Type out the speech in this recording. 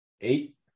Eight